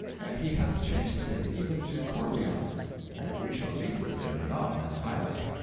and he hath chased him even to carlion, and we shall meet with him anon in the highway.